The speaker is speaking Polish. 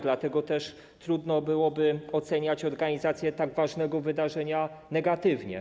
Dlatego też trudno byłoby oceniać organizację tak ważnego wydarzenia negatywnie.